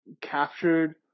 Captured